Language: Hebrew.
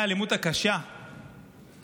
מקרי האלימות הקשה קיימים.